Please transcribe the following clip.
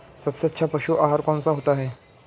सबसे अच्छा पशु आहार कौन सा होता है?